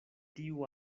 tiu